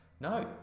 no